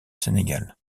sénégal